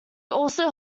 also